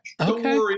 Okay